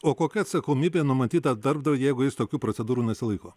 o kokia atsakomybė numatyta darbdavio jeigu jis tokių procedūrų nesilaiko